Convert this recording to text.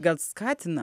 gal skatina